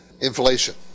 inflation